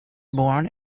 born